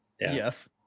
Yes